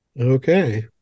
Okay